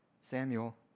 Samuel